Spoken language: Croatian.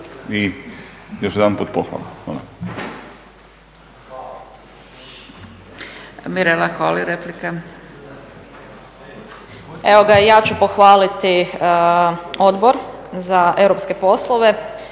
i još jedanput pohvala.